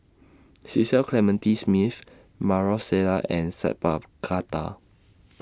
Cecil Clementi Smith Maarof Salleh and Sat Pal Khattar